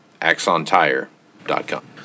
axontire.com